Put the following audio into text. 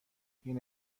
این